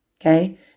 Okay